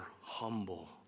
humble